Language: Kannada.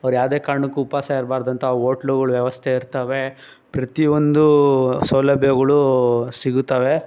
ಅವ್ರು ಯಾವ್ದೇ ಕಾರ್ಣಕ್ಕೆ ಉಪ್ವಾಸ ಇರ್ಬಾರ್ದು ಅಂತ ಓಟ್ಲುಗಳ ವ್ಯವಸ್ಥೆ ಇರ್ತವೆ ಪ್ರತಿಯೊಂದೂ ಸೌಲಭ್ಯಗಳು ಸಿಗುತ್ತವೆ